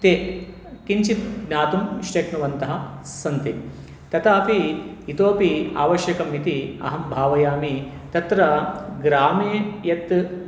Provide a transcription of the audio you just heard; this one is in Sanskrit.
ते किञ्चित् ज्ञातुं शक्नुवन्तः सन्ति तथापि इतोपि आवश्यकम् इति अहं भावयामि तत्र ग्रामे यत्